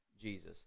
Jesus